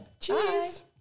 Cheers